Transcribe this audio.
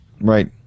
right